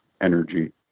energy